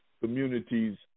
communities